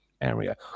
area